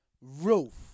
roof